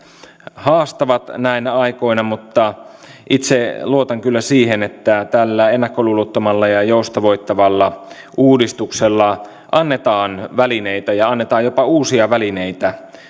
haastavat näinä aikoina mutta itse luotan kyllä siihen että tällä ennakkoluulottomalla ja joustavoittavalla uudistuksella annetaan välineitä ja annetaan jopa uusia välineitä